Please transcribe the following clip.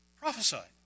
prophesied